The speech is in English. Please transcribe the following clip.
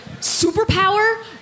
superpower